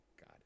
god